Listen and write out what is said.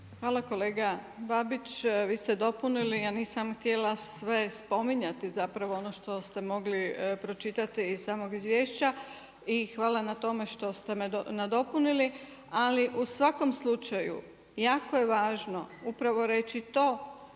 Hvala. Kolega Babić, vi ste dopunili, ja nisam htjela sve spominjati zapravo ono što ste mogli pročitati iz samog izvješća, i hvala na tome što ste me nadopunili, ali u svakom slučaju, jako je važno upravo reći to